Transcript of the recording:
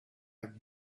have